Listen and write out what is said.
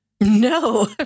No